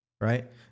right